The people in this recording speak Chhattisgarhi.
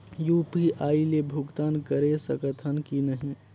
यू.पी.आई ले भुगतान करे सकथन कि नहीं?